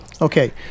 Okay